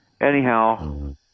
Anyhow